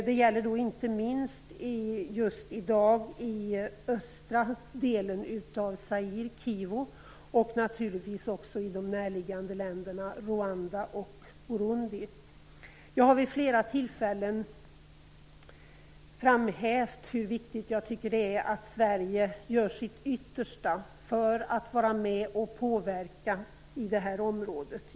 Det gäller just i dag inte minst i östra delen av Zaire, Kivu, och naturligtvis också i de närliggande länderna Rwanda och Burundi. Jag har vid flera tillfällen framhävt hur viktigt jag tycker att det är att Sverige gör sitt yttersta för att vara med och påverka i det här området.